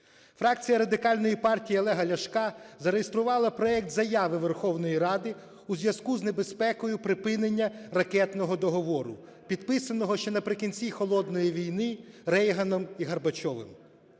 Фракція Радикальної партії Олега Ляшка зареєструвала проект заяви Верховної Ради у зв'язку з небезпекою припинення ракетного договору, підписаного ще наприкінці "холодної війни" Рейганом і Горбачовим.